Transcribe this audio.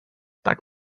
tak